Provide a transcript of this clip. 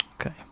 Okay